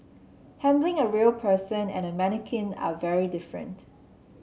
handling a real person and a mannequin are very different